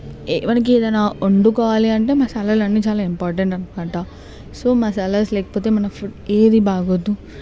మనకు ఏదైనా వండుకోవాలి అంటే మసాలాలు అనేవి చాలా ఇంపార్టెంట్ అన్నమాట సో మసాలాస్ లేకపోతే మన ఫుడ్ ఏది బాగోదు